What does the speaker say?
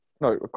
No